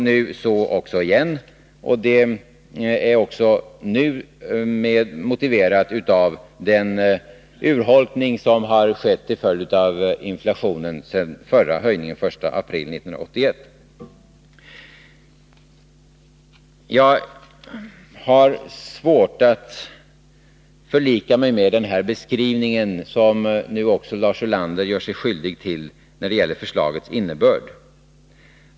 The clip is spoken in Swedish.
Nu gör vi det igen, och det är också nu motiverat av den urholkning som har skett till följd av inflationen sedan den förra höjningen den 1 april 1981. Jag har svårt att förlika mig med den beskrivning som också Lars Ulander gör sig skyldig till när det gäller förslagets innebörd.